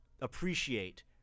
appreciate